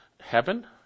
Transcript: heaven